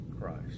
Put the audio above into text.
Christ